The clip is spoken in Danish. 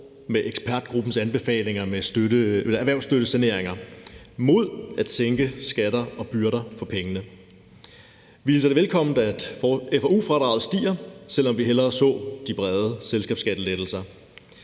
med ekspertgruppens anbefalinger med erhvervsstøttesaneringer mod at sænke skatter og byrder for pengene. Vi hilser det velkommen, at FoU-fradraget stiger, selv om vi hellere så de brede selskabsskattelettelser.